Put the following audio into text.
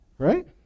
Right